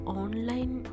online